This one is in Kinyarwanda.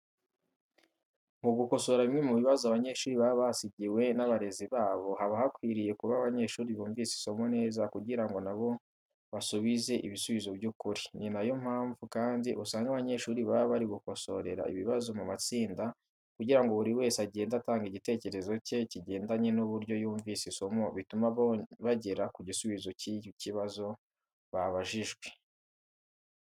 Mu gukosora bimwe mu bibazo abanyeshuri baba basigiwe n'abarezi babo, haba hakwiriye kuba abanyeshuri bumvise isomo neza kugira ngo na bo basubize ibisubizo by'ukuri. Ni nayo mpamvu kandi usanga abanyeshuri baba bari gukosorera ibibazo mu matsinda kugira ngo buri wese agende atanga igitekerezo cye kigendanye n'uburyo yumvise isomo bituma bagera ku gisubizo cy'ikibazo babajijwe.